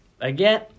Again